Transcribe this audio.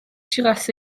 dros